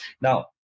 Now